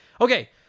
Okay